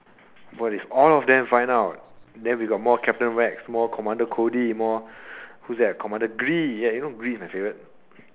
what if all of them find out then we got more captain Rex more commander Cody more who is that commander Gree ya you know Gree is my favourite